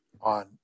on